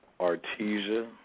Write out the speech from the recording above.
Artesia